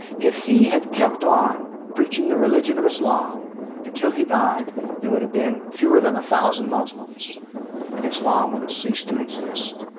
if he had kept on preaching the religion of islam until he died they would have been fewer than a thousand muslims and islam would have ceased to exist.